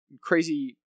crazy